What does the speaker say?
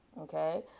okay